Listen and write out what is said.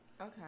Okay